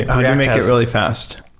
yeah make it really fast?